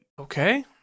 Okay